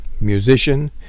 musician